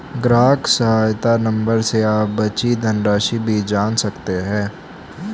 ग्राहक सहायता नंबर से आप बची धनराशि भी जान सकते हैं